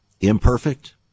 Imperfect